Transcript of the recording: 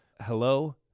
Hello